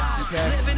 Okay